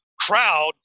crowd